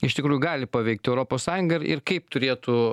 iš tikrųjų gali paveikt europos sąjungą ir ir kaip turėtų